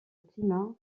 climat